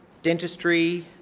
dentistry,